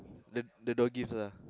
the the doorgift lah